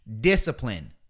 discipline